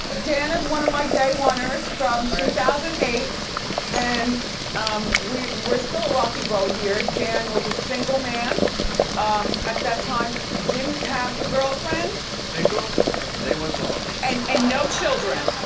dan is one of my day oners from two thousand and eight and um we're we're still a rocky boat here. dan was a single man um at that time, didn't have a girlfriend. single as the day was long. and and no children.